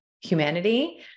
humanity